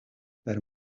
per